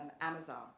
Amazon